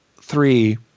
three